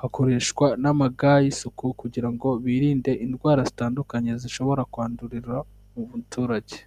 hakoreshwa n'amaga y'isuku kugira ngo birinde indwara zitandukanye zishobora kwandurira mu baturage.